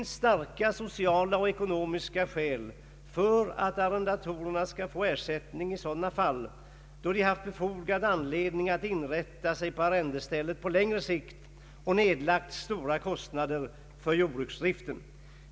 Starka sociala och ekonomiska skäl finns för att ge arrendatorerna ersättning i sådana fall då de har haft befogad anledning att inrätta sig på arrendestället på längre sikt och har nedlagt stora kostnader på jordbruksdriften.